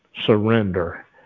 Surrender